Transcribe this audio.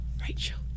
Rachel